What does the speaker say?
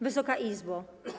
Wysoka Izbo!